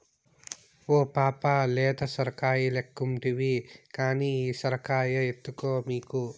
ఓ పాపా లేత సొరకాయలెక్కుంటివి కానీ ఈ సొరకాయ ఎత్తుకో మీకు